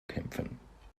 kämpfen